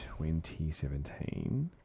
2017